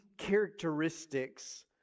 characteristics